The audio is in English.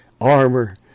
armor